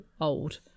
old